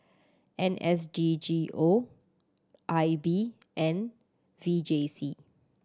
N S D G O I B and V J C